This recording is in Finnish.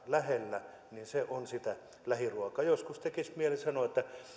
lähellä jatkojalostetaan on sitä lähiruokaa joskus tekisi mieli sanoa että